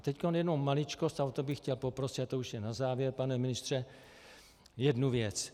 Teď jenom maličkost, a o to bych chtěl poprosit, to už je na závěr pane ministře, jedna věc.